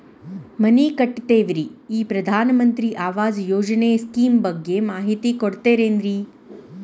ಮನಿ ಕಟ್ಟಕತೇವಿ ರಿ ಈ ಪ್ರಧಾನ ಮಂತ್ರಿ ಆವಾಸ್ ಯೋಜನೆ ಸ್ಕೇಮ್ ಬಗ್ಗೆ ಮಾಹಿತಿ ಕೊಡ್ತೇರೆನ್ರಿ?